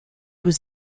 was